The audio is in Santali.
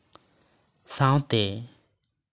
ᱥᱟᱶᱛᱮ